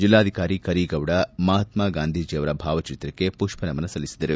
ಜಿಲ್ಲಾಧಿಕಾರಿ ಕರೀಗೌಡ ಮಹಾತ್ಸ ಗಾಂಧೀಜಿ ಅವರ ಭಾವಚಿತ್ರಕ್ಷೆ ಮಷ್ಷನಮನ ಸಲ್ಲಿಸಿದರು